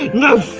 no,